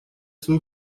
свою